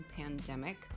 pandemic